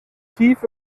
tief